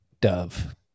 Dove